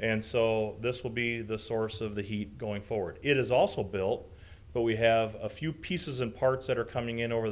and so this will be the source of the heat going forward it is also built but we have a few pieces and parts that are coming in over the